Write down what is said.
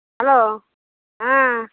hello ହାଁ